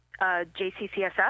JCCSF